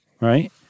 right